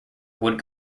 would